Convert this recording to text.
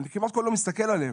אני כמעט כל יום מסתכל עליהם.